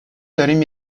داریم